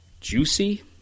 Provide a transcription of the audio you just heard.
juicy